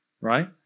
right